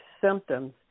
symptoms